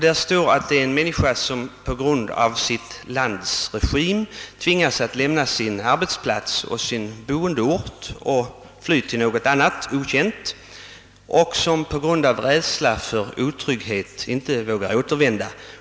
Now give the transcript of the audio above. Det är en människa som på grund av sitt lands regim måste lämna sin arbetsplats och sin bostad för att flytta och som inte vågar återvända.